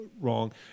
wrong